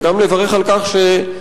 וגם לברך על כך שבאמת,